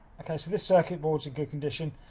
okay, so this circuit board's in good condition.